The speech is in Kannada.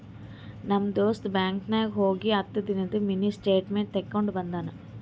ನಮ್ ದೋಸ್ತ ಬ್ಯಾಂಕ್ ನಾಗ್ ಹೋಗಿ ಹತ್ತ ದಿನಾದು ಮಿನಿ ಸ್ಟೇಟ್ಮೆಂಟ್ ತೇಕೊಂಡ ಬಂದುನು